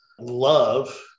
love